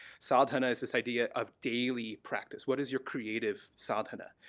sadhana is this idea of daily practice. what is your creative sadhana?